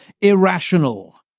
irrational